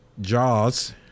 Jaws